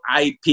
IP